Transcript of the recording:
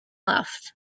left